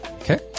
Okay